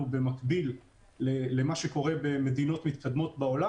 במקביל למה שקורה במדינות מתקדמות בעולם.